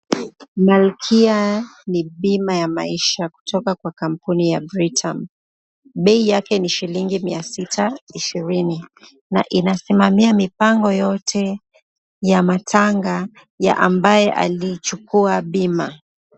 Malkia ni bima ya maisha kutoka kwa kampuni ya Britam. Bei yake ni shilingi mia sita ishirini na inasimamia mipango yote ya matanga ya ambaye aliichukua bima.